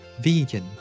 vegan